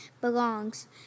belongs